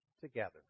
together